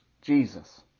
Jesus